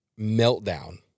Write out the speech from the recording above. meltdown